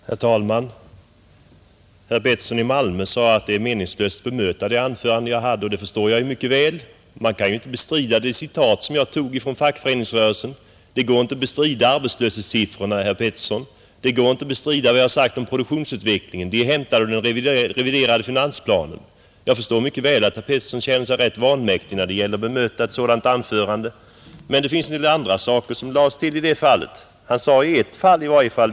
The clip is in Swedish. Herr talman! Herr Arne Pettersson i Malmö sade att det är meningslöst att bemöta det anförande jag höll. Det förstår jag mycket väl. Det går ju inte att bestrida vad jag citerade ur Fackföreningsrörelsen. Det går inte att bestrida arbetslöshetssiffrorna, herr Pettersson. Det går inte att bestrida vad jag sade om produktionsutvecklingen — uppgifterna är hämtade ur den reviderade finansplanen. Jag förstår att herr Pettersson känner sig rätt vanmäktig när det gäller att bemöta ett sådant anförande. Men herr Pettersson hade ju en del annat att anföra.